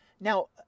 now